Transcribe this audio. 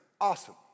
awesome